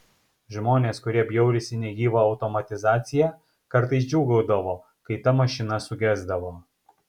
žmonės kurie bjaurisi negyva automatizacija kartais džiūgaudavo kai ta mašina sugesdavo